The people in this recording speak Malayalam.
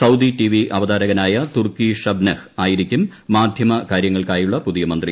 സൌദി ടിവി അവതാരകനായ തുർക്കി ഷബനെഹ് ആയിരിക്കും മാധ്യമകാരൃങ്ങൾക്കായുള്ള പുതിയ മന്ത്രി